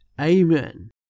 Amen